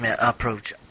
approach